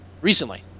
Recently